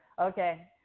Okay